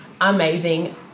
amazing